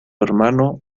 hermano